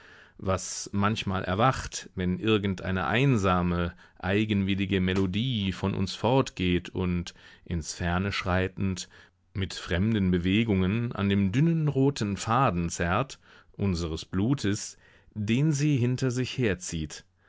was manchmal erwacht wenn irgendeine einsame eigenwillige melodie von uns fortgeht und ins ferne schreitend mit fremden bewegungen an dem dünnen roten faden zerrt unseres blutes den sie hinter sich herzieht